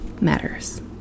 matters